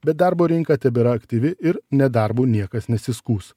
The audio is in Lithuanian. bet darbo rinka tebėra aktyvi ir nedarbu niekas nesiskųs